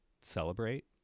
celebrate